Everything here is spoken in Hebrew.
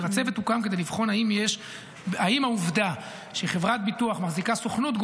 הצוות הוקם כדי לבחון אם העובדה שחברת ביטוח מחזיקה סוכנות,